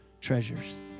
treasures